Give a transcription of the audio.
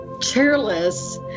cheerless